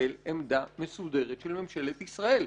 לקבל עמדה מסודרת של ממשלת ישראל.